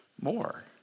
more